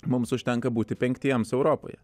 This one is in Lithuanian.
mums užtenka būti penktiems europoje